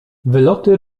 wyloty